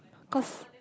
cause